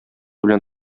белән